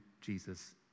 Jesus